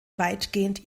weitgehend